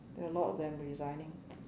there are a lot of them resigning